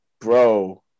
bro